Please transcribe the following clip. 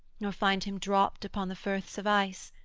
nor find him dropt upon the firths of ice,